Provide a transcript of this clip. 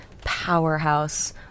powerhouse